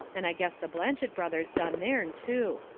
and i guess the blanchet brothers done theirn, too.